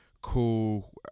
cool